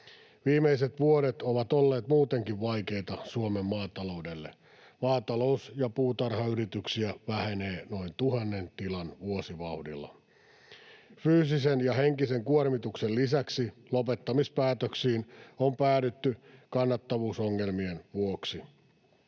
Viimeiset vuodet ovat olleet muutenkin vaikeita Suomen maataloudelle. Maatalous- ja puutarhayrityksiä vähenee noin tuhannen tilan vuosivauhdilla. Fyysisen ja henkisen kuormituksen lisäksi lopettamispäätöksiin on päädytty kannattavuusongelmien vuoksi.